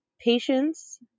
patience